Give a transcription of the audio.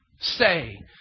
say